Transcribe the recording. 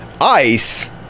ICE